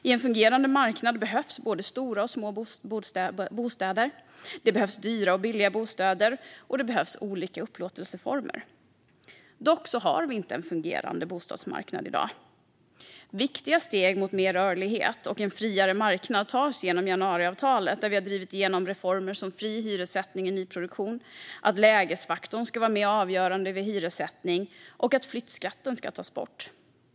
På en fungerande marknad behövs både stora och små bostäder, det behövs dyra och billiga bostäder och det behövs olika upplåtelseformer. Dock har vi inte en fungerande bostadsmarknad i dag. Viktiga steg mot mer rörlighet och en friare marknad tas genom januariavtalet, där vi drivit igenom reformer som fri hyressättning i nyproduktion, att lägesfaktorn ska vara mer avgörande vid hyressättning och att flyttskatten ska tas bort.